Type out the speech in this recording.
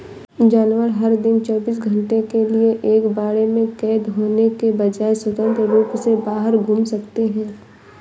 जानवर, हर दिन चौबीस घंटे के लिए एक बाड़े में कैद होने के बजाय, स्वतंत्र रूप से बाहर घूम सकते हैं